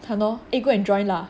!hannor! eh go and join lah